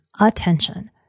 attention